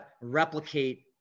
replicate